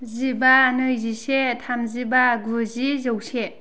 जिबा नैजिसे थामजिबा गुजि जौसे